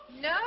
No